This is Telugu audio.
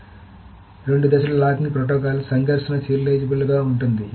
కాబట్టి రెండు దశల లాకింగ్ ప్రోటోకాల్ సంఘర్షణ సీరియలిజాబెల్ గా ఉంటుంది